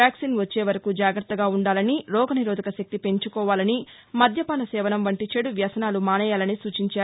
vaccine వచ్చే వరకు జాగ్రత్తగా ఉండాలనీ రోగనిరోధక శక్తి పెంచుకోవాలనీ మద్యపాన సేవనం వంటి చెదు వ్యసనాలు మానేయాలని సూచించారు